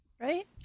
right